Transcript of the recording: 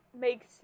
makes